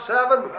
Seven